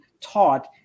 taught